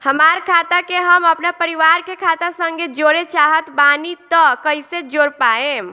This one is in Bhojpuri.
हमार खाता के हम अपना परिवार के खाता संगे जोड़े चाहत बानी त कईसे जोड़ पाएम?